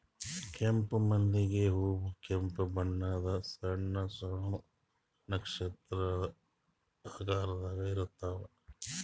ಕೆಂಪ್ ಮಲ್ಲಿಗ್ ಹೂವಾ ಕೆಂಪ್ ಬಣ್ಣದ್ ಸಣ್ಣ್ ಸಣ್ಣು ನಕ್ಷತ್ರ ಆಕಾರದಾಗ್ ಇರ್ತವ್